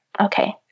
Okay